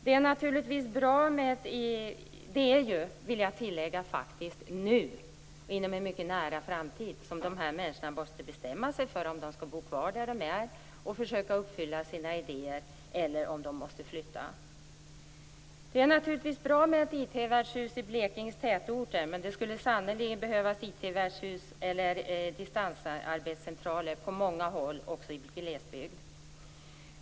Det är ju, vill jag tillägga, faktiskt nu och inom en mycket nära framtid som de här människorna måste bestämma sig för om de skall bo kvar där de är och försöka förverkliga sina idéer eller om de skall flytta. Det är naturligtvis bra med ett IT-värdshus i Blekinges tätorter, men det skulle sannerligen behövas IT-värdshus eller distansarbetscentraler på många håll också i glesbygd.